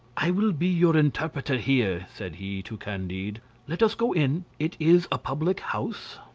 i will be your interpreter here, said he to candide let us go in, it is a public-house.